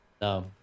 No